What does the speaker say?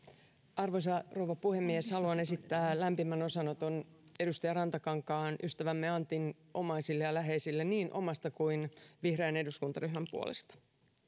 arvoisa rouva puhemies haluan esittää lämpimän osanoton edustaja rantakankaan ystävämme antin omaisille ja läheisille niin omasta kuin vihreän eduskuntaryhmän puolesta